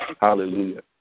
Hallelujah